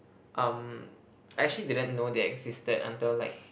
um I actually didn't know they existed until like